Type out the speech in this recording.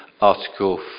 Article